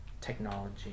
technology